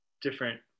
different